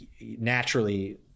naturally